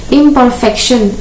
imperfection